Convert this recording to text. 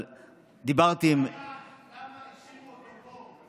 אבל דיברתי עם הבעיה, למה השאירו אותו פה,